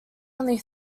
only